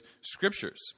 scriptures